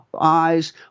eyes